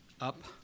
up